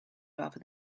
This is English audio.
rather